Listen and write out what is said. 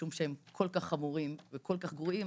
משום שהם כל כך חמורים וכל כך גרועים,